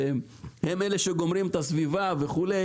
הם אלה שגומרים את הסביבה וכולי